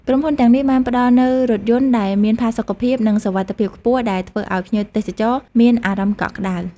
ក្រុមហ៊ុនទាំងនេះបានផ្តល់នូវរថយន្តដែលមានផាសុកភាពនិងសុវត្ថិភាពខ្ពស់ដែលធ្វើឱ្យភ្ញៀវទេសចរមានអារម្មណ៍កក់ក្តៅ។